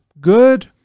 good